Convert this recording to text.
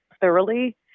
thoroughly